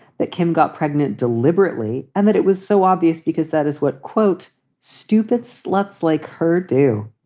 that kim got pregnant deliberately, and that it was so obvious because that is what quote stupid sluts like her do.